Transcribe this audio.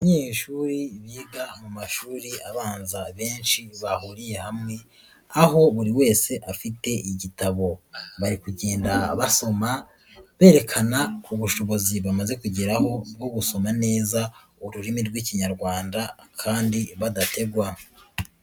Abanyeshuri biga mu mashuri abanza benshi bahuriye hamwe, aho buri wese afite igitabo. Bari kugenda basoma, berekana k'ubushobozi bamaze kugeraho bwo gusoma neza ururimi rw'ikinyarwanda kandi badategwa.